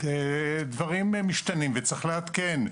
דברים משתנים וצריך לעדכן.